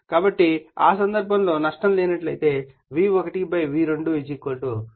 కాబట్టి ఆ సందర్భంలో నష్టం లేనట్లయితే V1 V2 N1 N2 గా చేయవచ్చు